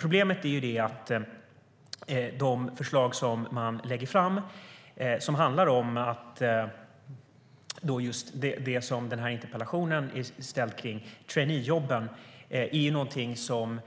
Problemet är ju att de förslag som man lägger fram om det som den här interpellationen handlar om - traineejobben - är någonting som